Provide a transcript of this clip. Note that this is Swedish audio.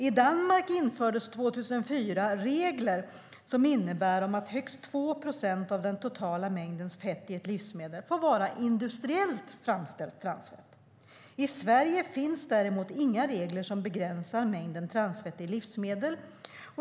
I Danmark infördes 2004 regler som innebär att högst 2 % av den totala mängden fett i ett livsmedel får vara industriellt framställt transfett. I Sverige finns däremot inga regler som begränsar mängden transfett i livsmedel.